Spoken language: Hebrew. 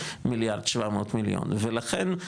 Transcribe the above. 1.700 מיליארד ולכן,